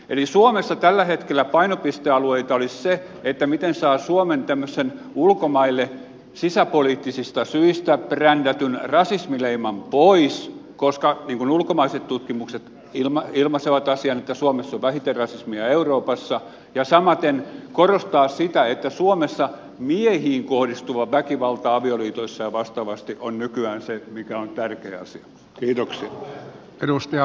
eli suomessa tällä hetkellä painopistealueita olisi se miten saa suomen tämmöisen ulkomaille sisäpoliittisista syistä brändätyn rasismileiman pois koska niin kuin ulkomaiset tutkimukset ilmaisevat asian suomessa on vähiten rasismia euroopassa ja samaten tulisi korostaa sitä että suomessa miehiin kohdistuva väkivalta avioliitoissa ja vastaavasti on nykyään se mikä on tärkeä asia